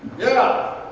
yeah.